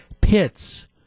Pits